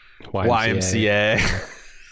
YMCA